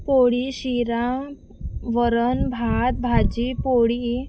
पोळी शिरा वरण भात भाजी पोळी